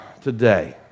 today